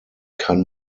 kann